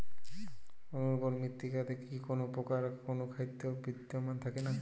অনুর্বর মৃত্তিকাতে কি কোনো প্রকার অনুখাদ্য বিদ্যমান থাকে না?